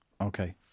Okay